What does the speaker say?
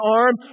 arm